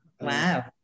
Wow